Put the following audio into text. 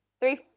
three